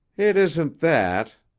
it isn't that,